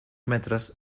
metres